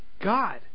God